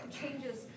changes